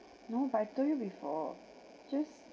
no but I told you before just